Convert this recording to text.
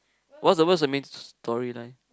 what's the what's the main storyline